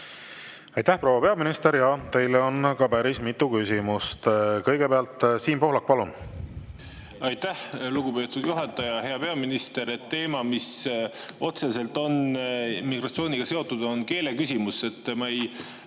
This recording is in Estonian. Aitäh, proua peaminister! Teile on päris mitu küsimust. Kõigepealt Siim Pohlak, palun! Aitäh, lugupeetud juhataja! Hea peaminister! Teema, mis otseselt on migratsiooniga seotud, on keeleküsimus. Ma ei